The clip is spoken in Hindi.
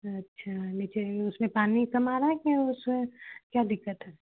अच्छा लीकेज उसमें पानी कम आ रहा है कि उसमें क्या दिक्कत है